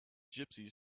gypsies